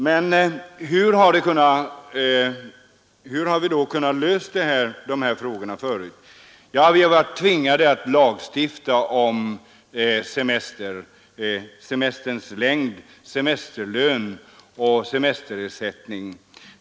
Men på vilket sätt har vi kunnat lösa dessa frågor hittills? Ja, vi har varit tvingade att lagstifta om semesterns längd, semesterlön och semesterersättning.